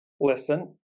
Listen